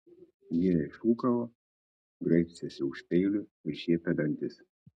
vyrai šūkavo graibstėsi už peilių ir šiepė dantis